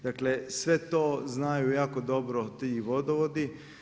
Dakle, sve to znaju jako dobro ti vodovodi.